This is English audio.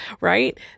right